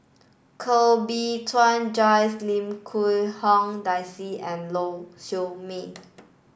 Koh Bee Tuan Joyce Lim Quee Hong Daisy and Lau Siew Mei